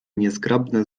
niezgrabne